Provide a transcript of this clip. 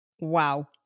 Wow